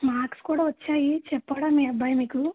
marks కూడా వచ్చాయి చెప్పాడా మీ అబ్బాయి మీకు